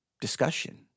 discussion